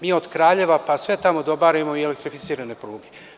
Mi od Kraljeva pa sve tamo do Bara imamo elektrificirane pruge.